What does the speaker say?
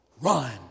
run